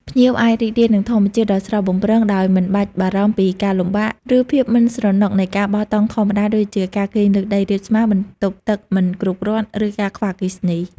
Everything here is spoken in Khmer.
ភ្ញៀវអាចរីករាយនឹងធម្មជាតិដ៏ស្រស់បំព្រងដោយមិនបាច់បារម្ភពីការលំបាក ឬភាពមិនស្រណុកនៃការបោះតង់ធម្មតា ដូចជាការគេងលើដីរាបស្មើ បន្ទប់ទឹកមិនគ្រប់គ្រាន់ ឬការខ្វះអគ្គិសនី។